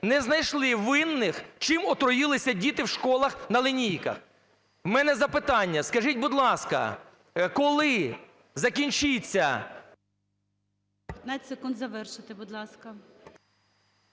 не знайшли винних, чим отруїлися діти в школах на лінійках. В мене запитання: скажіть, будь ласка, коли закінчиться…